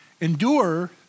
endure